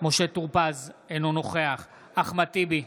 משה טור פז, אינו נוכח אחמד טיבי,